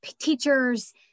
teachers